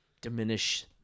diminish